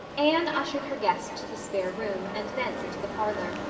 anne ushered her guests to the spare room and thence into the parlor,